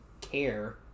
care